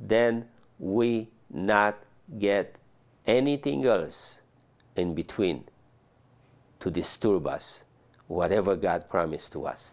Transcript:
then we not get anything years in between to disturb us whatever god promised to us